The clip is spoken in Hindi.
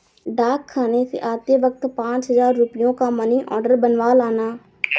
डाकखाने से आते वक्त पाँच हजार रुपयों का मनी आर्डर बनवा लाना